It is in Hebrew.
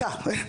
דקה.